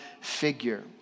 figure